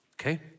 Okay